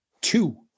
Two